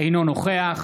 אינו נוכח